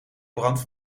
brand